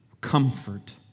comfort